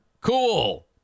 Cool